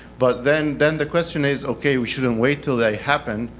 but then then the question is, okay, we shouldn't wait until they happen.